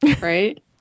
right